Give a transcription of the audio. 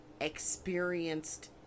experienced